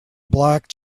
black